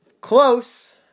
Close